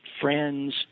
friends